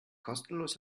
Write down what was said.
kostenlos